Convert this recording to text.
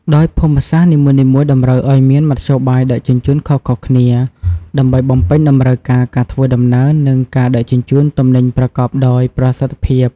ដោយភូមិសាស្ត្រនីមួយៗតម្រូវឱ្យមានមធ្យោបាយដឹកជញ្ជូនខុសៗគ្នា ដើម្បីបំពេញតម្រូវការធ្វើដំណើរ និងការដឹកជញ្ជូនទំនិញប្រកបដោយប្រសិទ្ធភាព។